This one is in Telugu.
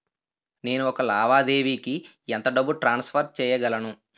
నేను ఒక లావాదేవీకి ఎంత డబ్బు ట్రాన్సఫర్ చేయగలను?